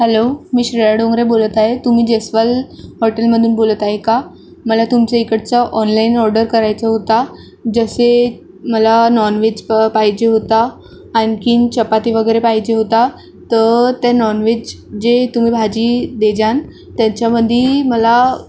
hello मी श्रेया डोंगरे बोलत आहे तुम्ही जैस्वाल हॉटेलमधून बोलत आहे का मला तुमच्या इकडचं ऑनलाइन ऑडर करायचं होता जसे मला नॉनवेज प पाहिजे होता आणखीन चपाती वगैरे पाहिजे होता तर ते नॉनवेज जे तुम्ही भाजी देजान त्याच्यामध्ये मला